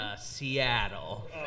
Seattle